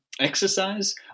exercise